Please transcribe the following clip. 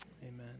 amen